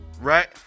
right